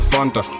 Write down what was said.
Fanta